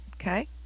okay